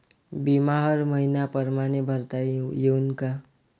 बिमा हर मइन्या परमाने भरता येऊन का?